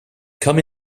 come